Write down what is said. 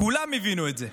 כולם הבינו את זה.